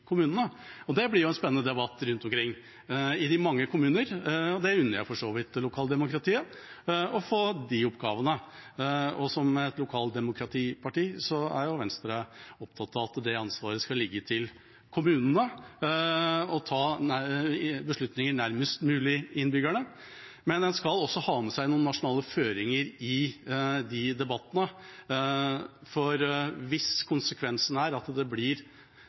kommunene. Det blir en spennende debatt rundt omkring i de mange kommuner. Jeg unner for så vidt lokaldemokratiet å få de oppgavene. Som et lokaldemokratiparti er Venstre opptatt av at det ansvaret skal ligge til kommunene, og ta beslutninger nærmest mulig innbyggerne, men en skal også ha med seg noen nasjonale føringer i de debattene, for hvis konsekvensen er at det i naturen blir